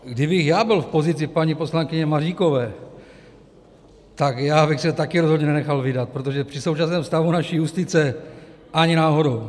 Kdybych já byl v pozici paní poslankyně Maříkové, tak bych se také rozhodně nenechal vydat, protože při současném stavu naší justice, ani náhodou.